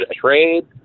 trade